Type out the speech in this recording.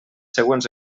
següents